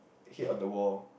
it hit on the wall